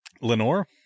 Lenore